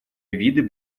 виды